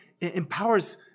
empowers